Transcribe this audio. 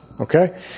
Okay